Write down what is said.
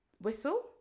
whistle